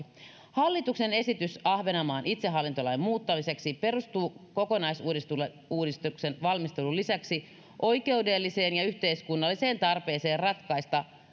hallituksen esitys ahvenanmaan itsehallintolain muuttamiseksi perustuu kokonaisuudistuksen valmistelun lisäksi oikeudelliseen ja yhteiskunnalliseen tarpeeseen ratkaista